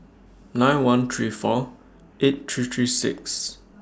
nine one three four eight three three six